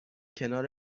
کنار